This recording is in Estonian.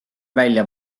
välja